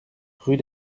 rue